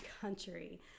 country